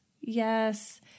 Yes